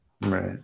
right